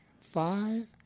five